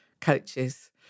coaches